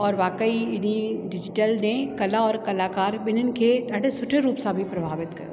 और वाकई हिन डिज़िटल ने कला और कलाकार ॿिन्हिनि खे ॾाढे सुठे रूप सां बि प्रभावित कयो अथनि